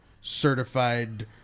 certified